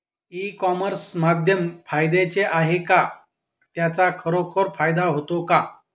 E commerce माध्यम फायद्याचे आहे का? त्याचा खरोखर फायदा होतो का?